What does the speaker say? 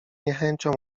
niechęcią